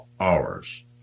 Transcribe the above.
hours